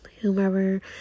whomever